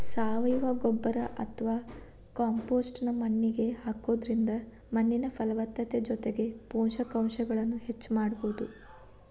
ಸಾವಯವ ಗೊಬ್ಬರ ಅತ್ವಾ ಕಾಂಪೋಸ್ಟ್ ನ್ನ ಮಣ್ಣಿಗೆ ಹಾಕೋದ್ರಿಂದ ಮಣ್ಣಿನ ಫಲವತ್ತತೆ ಜೊತೆಗೆ ಪೋಷಕಾಂಶಗಳನ್ನ ಹೆಚ್ಚ ಮಾಡಬೋದು